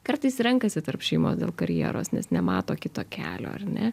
kartais renkasi tarp šeimos dėl karjeros nes nemato kito kelio ar ne